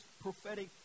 prophetic